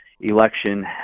election